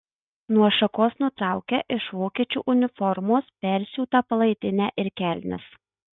nuo šakos nutraukia iš vokiečių uniformos persiūtą palaidinę ir kelnes